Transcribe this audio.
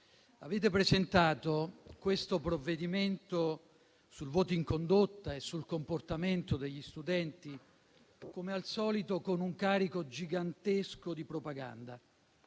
avete presentato questo provvedimento, sul voto in condotta e sul comportamento degli studenti, come al solito con un carico gigantesco di propaganda,